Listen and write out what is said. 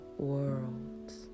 Worlds